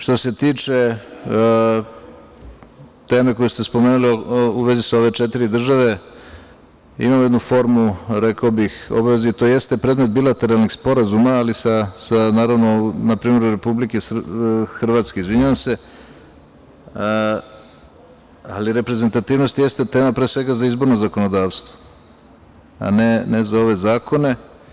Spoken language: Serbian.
Što se tiče teme koju ste spomenuli u vezi sa ove četiri države, imamo jednu formu, rekao bih, to jeste predmet bilateralnih sporazuma, na primeru Republike Hrvatske, ali reprezentativnost jeste tema pre svega za izborno zakonodavstvo, a ne za ove zakone.